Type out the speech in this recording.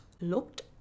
looked